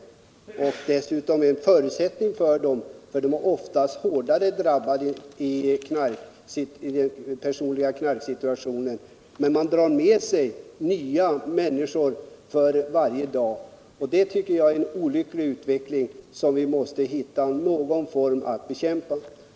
Försäljningen är dessutom en nödvändighet för dem, då de ofta är hårt drabbade i sin personliga knarksituation. Men de drar med sig nya människor för varje dag, och det tycker jag är en olycklig utveckling som vi måste hitta någon form för att bekämpa.